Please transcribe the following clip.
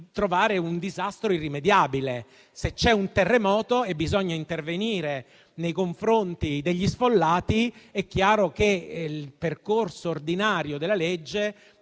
di un disastro irrimediabile. Se c'è stato un terremoto e bisogna intervenire nei confronti degli sfollati, è chiaro che il percorso ordinario della legge